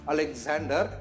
Alexander